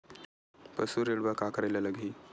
पशु ऋण बर का करे ला लगही?